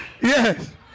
Yes